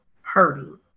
hurting